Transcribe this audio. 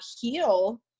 heal